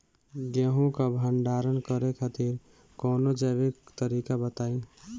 गेहूँ क भंडारण करे खातिर कवनो जैविक तरीका बताईं?